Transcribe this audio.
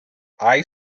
eye